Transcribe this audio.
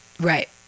Right